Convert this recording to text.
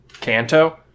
Kanto